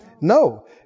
No